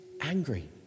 angry